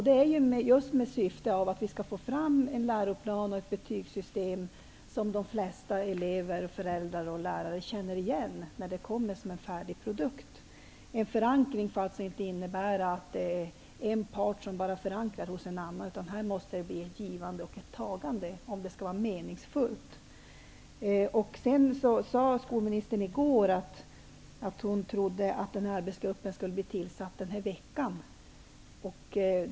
Detta syftar till att vi skall få fram en läroplan och ett betygssystem som de flesta elever, föräldrar och lärare känner igen när de är färdiga produkter. En förankring får alltså inte innebära att en part förankrar något hos en annan. Det måste bli ett givande och ett tagande om det skall vara meningsfullt. Skolministern sade i går att hon trodde att arbetsgruppen skulle tillsättas denna vecka.